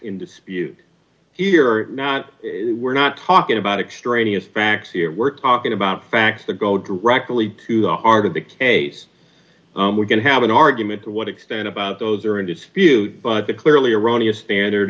in dispute here are not we're not talking about extraneous facts here we're talking about facts that go directly to the heart of the case we're going to have an argument to what extent about those are in dispute but the clearly erroneous standard